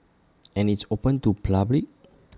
and it's open to public